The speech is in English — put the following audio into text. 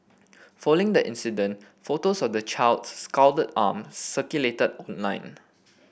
following the incident photos of the child's scalded arm circulated online